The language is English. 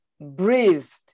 breathed